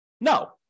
No